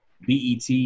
BET